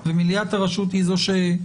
מליאת הרשות היא שקובעת אותם.